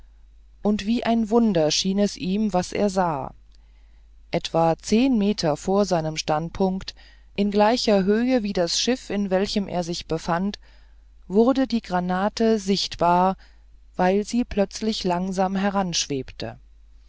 und wie ein wunder schien es ihm was er sah etwa zehn meter vor seinem standpunkt in gleicher höhe wie das schiff in welchem er sich befand wurde die granate sichtbar weil sie plötzlich langsam